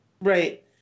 Right